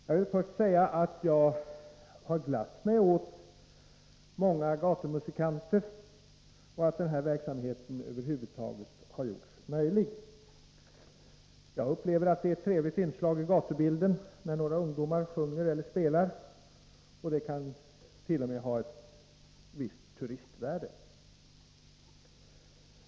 Jag vill först säga att jag har glatt mig åt många gatumusikanter och åt att denna verksamhet över huvud taget har gjorts möjlig. Jag upplever att det är ett trevligt inslag i gatubilden när några ungdomar sjunger eller spelar, och det kan t.o.m. ha ett visst turistvärde.